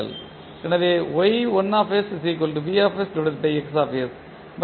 எனவே மற்றும்